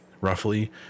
roughly